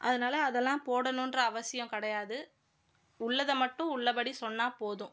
அதனால அதெல்லாம் போடணும்ன்ற அவசியம் கிடையாது உள்ளதை மட்டும் உள்ளபடி சொன்னால் போதும்